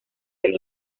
del